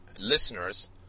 listeners